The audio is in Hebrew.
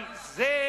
אבל זה,